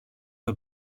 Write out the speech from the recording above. από